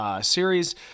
series